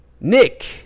Nick